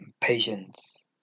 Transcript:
patience